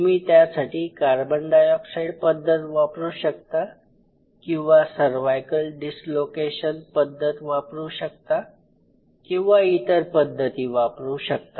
तुम्ही त्यासाठी carbon dioxide पद्धत वापरू शकता किंवा सर्वाईकल डिसलोकेशन पद्धत वापरू शकता किंवा इतर पद्धती वापरु शकता